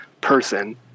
person